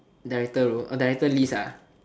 director role oh director list ah